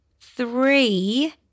three